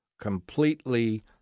completely